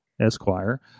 Esquire